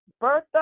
Bertha